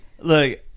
Look